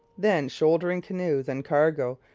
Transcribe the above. then, shouldering canoes and cargo,